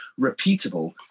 repeatable